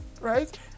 right